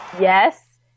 Yes